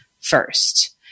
first